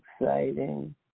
exciting